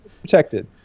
Protected